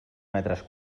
metres